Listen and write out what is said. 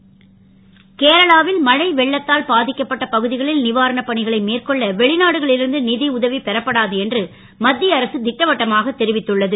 கேரளா கேரளாவில் மழை வெள்ளத்தால் பா க்கப்பட்ட வாரணப் பணிகளை மேற்கொள்ள வெளிநாடுகளில் இருந்து உதவி பெறப்படாது என்று மத் ய அரசு ட்டவட்டமாக தெரிவித்துள்ளது